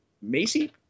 Macy